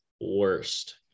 worst